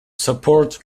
support